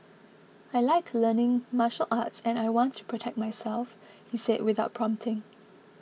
I like learning martial arts and I want to protect myself he said without prompting